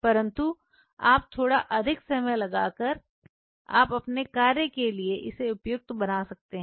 परंतु आप थोड़ा अधिक समय लगाकर आप अपने कार्य के लिए इसे उपयुक्त बना सकते हैं